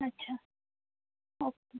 अच्छा ओके